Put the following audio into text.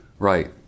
Right